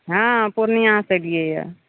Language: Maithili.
हँ पूर्णिआ से एलिऐ यऽ